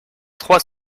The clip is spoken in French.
trois